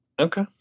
Okay